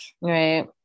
right